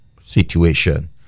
situation